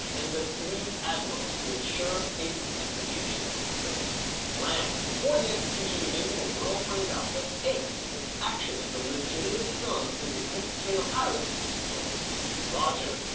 and the three admirals to ensure ace's execution goes to plan. before the execution begins the world find out that ace is actually the legitimate son of the deceased king of pirates gol d. roger.